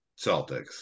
Celtics